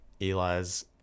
Eli's